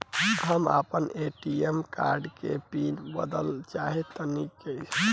हम आपन ATM card के पीन बदलल चाहऽ तनि कइसे होई?